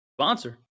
sponsor